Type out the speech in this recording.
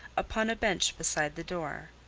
upon a bench beside the door.